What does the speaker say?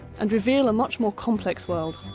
and reveal a much more complex world.